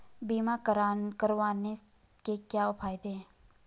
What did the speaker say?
बीमा करवाने के क्या फायदे हैं?